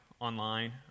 online